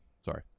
Sorry